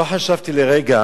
לא חשבתי לרגע